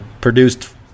produced